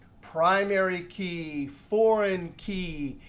primary key, foreign key.